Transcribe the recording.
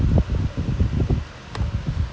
I don't know how malay people malay people even found that place